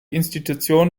institution